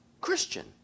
Christian